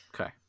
Okay